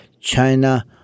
China